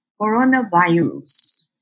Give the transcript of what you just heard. coronavirus